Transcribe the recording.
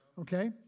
okay